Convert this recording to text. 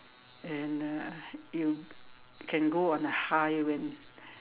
and uh you can go on a high when